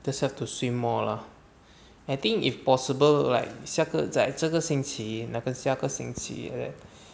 that's have to swim more lah I think if possible like 下个 like 这个星期那个下个星期 like that